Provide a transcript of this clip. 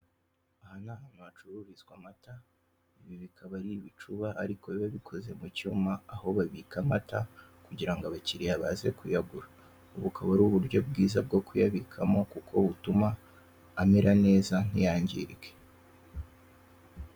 Aha ni ahantu hacururizwa amata, ibi bikaba ari ibicuba ariko biba bikoze mu cyuma, aho babika amata kugira ngo abakiriya baze kuyagura. Ubu bukaba ari uburyo bwiza bwo kuyabikamo kuko butuma amera neza ntiyangirike.